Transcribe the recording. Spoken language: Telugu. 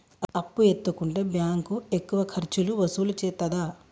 అప్పు ఎత్తుకుంటే బ్యాంకు ఎక్కువ ఖర్చులు వసూలు చేత్తదా?